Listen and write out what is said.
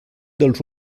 dels